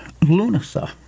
Lunasa